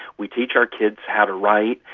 we teach our kids how to write,